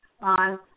on